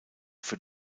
für